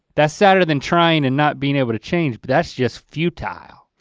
that's sadder than trying and not being able to change but that's just futile.